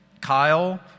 Kyle